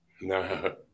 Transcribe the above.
No